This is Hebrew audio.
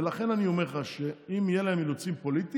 ולכן אני אומר לך שאם יהיו להם אילוצים פוליטיים,